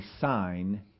sign